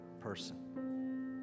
person